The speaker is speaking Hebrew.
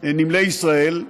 נמלי ישראל,